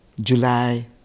July